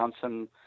Johnson